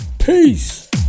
Peace